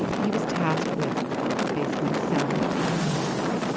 he he was tasked with basically selling the tax overhaul.